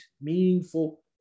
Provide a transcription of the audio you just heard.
meaningful